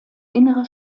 innere